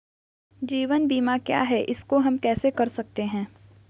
जीवन बीमा क्या है इसको हम कैसे कर सकते हैं?